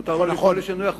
מותר לו לפעול לשינוי החוקים.